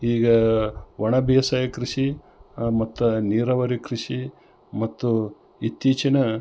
ಈಗಾ ಒಣ ಬೇಸಾಯ ಕೃಷಿ ಮತ್ತು ನೀರಾವರಿ ಕೃಷಿ ಮತ್ತು ಇತ್ತೀಚಿನ